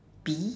bee